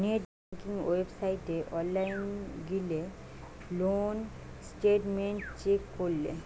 net banking ওয়েবসাইটে online গিলে loan statement check করলে